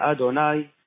Adonai